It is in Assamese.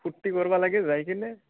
ফূৰ্তি কৰবা লাগে যাই কিনে